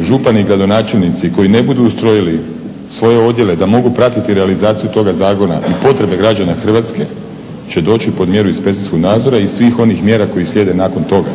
župani i gradonačelnici koji ne budu ustrojili svoje odjele da mogu pratiti realizaciju toga zakona i potrebe građana Hrvatske će doći pod mjeru inspekcijskog nadzora i svih onih mjera koje slijede nakon toga.